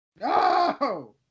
No